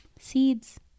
seeds